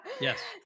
Yes